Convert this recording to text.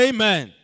Amen